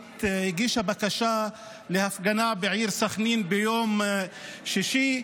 הגישה בקשה להפגנה בעיר סח'נין ביום שישי,